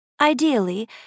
Ideally